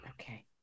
Okay